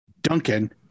Duncan